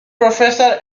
professor